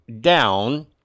down